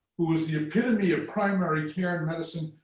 who was the epitome of primary care and medicine,